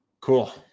cool